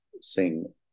sing